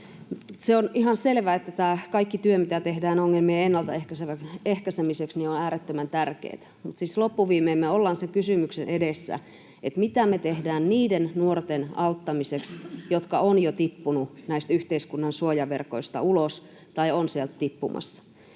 Se on ihan selvä, että kaikki tämä työ, mitä tehdään ongelmien ennaltaehkäisemiseksi, on äärettömän tärkeätä, mutta siis loppuviimein me ollaan sen kysymyksen edessä, mitä me tehdään niiden nuorten auttamiseksi, jotka ovat jo tippuneet näistä yhteiskunnan suojaverkoista ulos tai ovat sieltä tippumassa.